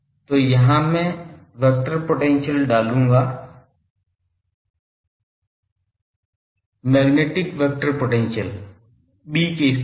तो यहाँ मैं वेक्टर पोटेंशियल डालूँगा मैग्नेटिक वेक्टर पोटेंशियल B के स्थान पर